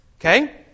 Okay